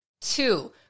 Two